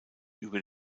über